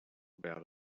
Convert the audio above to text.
about